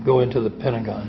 go into the pentagon